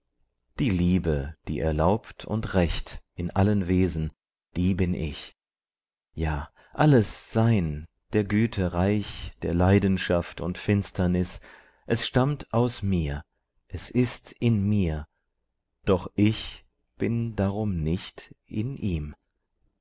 die liebe die erlaubt und recht in allen wesen die bin ich ja alles sein der güte reich der leidenschaft und finsternis es stammt aus mir es ist in mir doch ich bin darum nicht in ihm